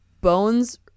bones